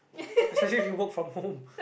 especially if you work from home